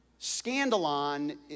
Scandalon